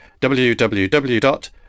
www